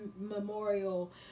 memorial